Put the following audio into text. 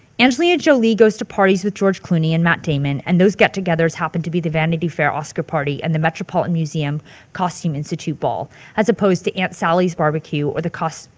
angelina jolie goes to parties with george clooney and matt damon and those get togethers happen to be the vanity fair oscar party and the metropolitan museum costume institute ball as opposed to aunt sally's barbeque or the cos,